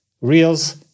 reels